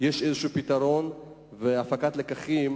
יש איזה פתרון והפקת לקחים,